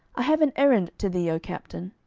i have an errand to thee, o captain.